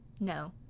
No